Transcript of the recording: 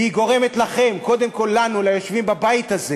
והיא גורמת לכם, קודם כול לנו, ליושבים בבית הזה